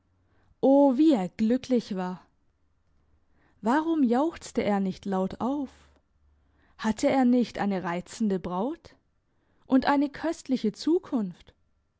o wie er glücklich war warum jauchzte er nicht laut auf hatte er nicht eine reizende braut und eine köstliche zukunft